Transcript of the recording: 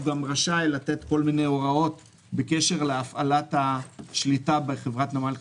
גם רשאי לתת כל מיני הוראות בקשר להפעלת השליטה בחברת נמל חיפה.